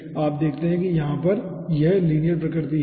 तो आप देखते हैं कि यहाँ पर लीनियर प्रकृति है